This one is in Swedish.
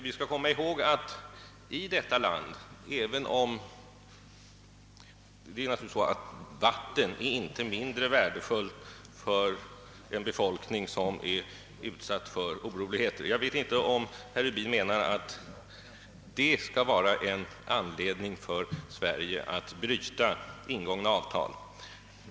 Vi bör komma ihåg att vatten naturligtvis inte mindre värdefullt där för att befolkningen är utsatt för oroligheter. Jag vet inte om herr Rubin menar att dessa skulle vara en anledning för Sverige att bryta ingångna avtal.